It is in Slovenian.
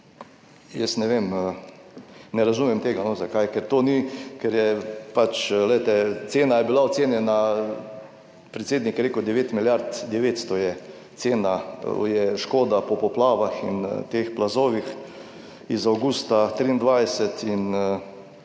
jaz ne vem, ne razumem tega, no, zakaj, ker to ni, ker je pač, glejte, cena je bila ocenjena, predsednik je rekel, 9 milijard 900 je cena, je škoda po poplavah in teh plazovih iz avgusta 2023 in